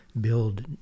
build